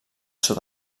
sud